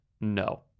No